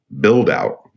build-out